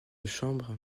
chambre